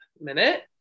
minute